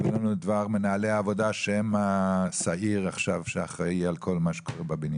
הבאנו את דבר מנהלי העבודה שהם השעיר האחראי כרגע לכול מה שקורה בבניין.